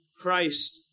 Christ